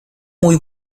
muy